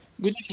Good